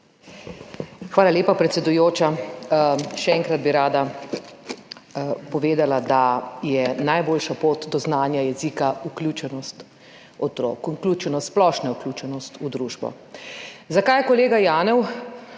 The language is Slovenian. Hvala lepa, predsedujoča. Še enkrat bi rada povedala, da je najboljša pot do znanja jezika vključenost otrok, splošna vključenost v družbo. Zakaj je kolega Janev